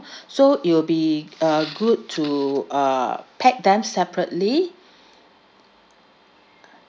so it will be uh good to uh pack them separately